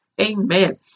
Amen